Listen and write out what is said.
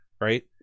right